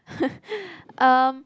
um